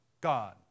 God